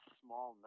small